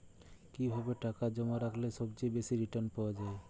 কিভাবে টাকা জমা রাখলে সবচেয়ে বেশি রির্টান পাওয়া য়ায়?